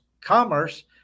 commerce